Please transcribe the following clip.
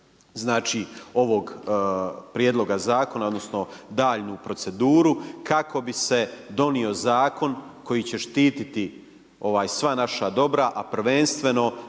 ovog prijedloga zakona odnosno daljnju proceduru kako bi se donio zakon koji će štititi sva naša dobra, a prvenstveno